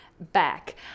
Back